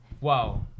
Wow